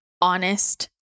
honest